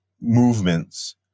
movements